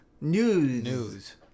News